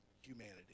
humanity